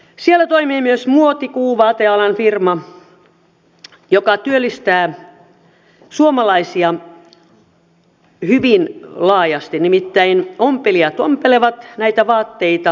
siellä toimii myös muotikuu vaatealan firma joka työllistää suomalaisia hyvin laajasti nimittäin ompelijat ompelevat näitä vaatteita turussa